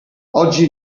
oggi